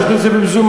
שייתנו את זה במזומן,